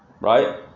right